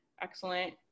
excellent